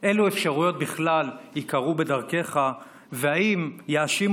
אילו אפשרויות בכלל ייקרו בדרכך ואם יאשימו